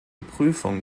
prüfung